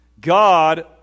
God